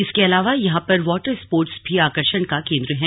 इसके अलावा यहां पर वॉटर स्पोर्ट्स भी आकर्षण का केंद्र हैं